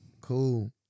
Cool